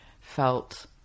felt